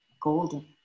golden